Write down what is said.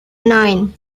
nine